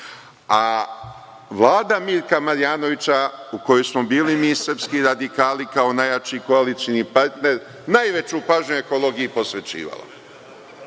a Vlada Mirka Marjanovića u kojoj smo bili mi srpski radikali kao najjači koalicioni partner, najveću pažnju ekologiji je